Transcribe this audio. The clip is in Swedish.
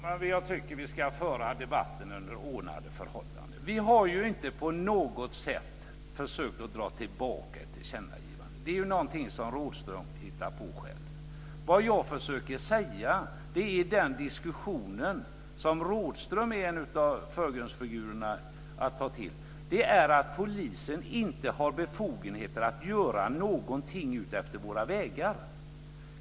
Fru talman! Jag tycker att vi ska föra debatten under ordnade förhållanden. Vi har inte på något sätt försökt att dra tillbaka ett tillkännagivande. Det är någonting som Rådhström hittar på själv. Vad jag försöker säga gäller diskussionen, där Rådhström är en av förgrundsfigurerna, om att polisen inte har befogenhet att göra någonting utefter våra vägar.